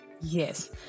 Yes